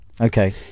Okay